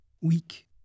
weak